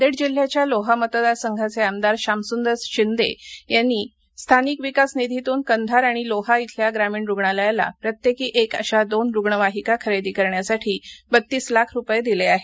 नांदेड जिल्ह्याच्या लोहा मतदार संघाचे आमदार शामसुंदर शिंदे यांनी स्थानिक विकास निधीतून कंधार आणि लोहा इथल्या ग्रामीण रुग्णालयाला प्रत्येक क्रि अशा दोन रूग्णवाहीका खरेदी करण्यासाठी बतीस लाख रूपये दिले आहेत